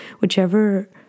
whichever